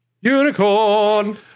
unicorn